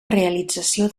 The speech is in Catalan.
realització